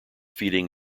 feeding